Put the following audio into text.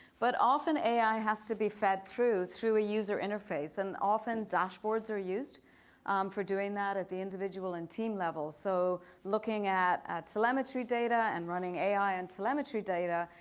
but often ai has to be fed through through a user interface and often dashboards are used for doing that at the individual and team level. so looking at at telemetry data, and running ai and telemetry data,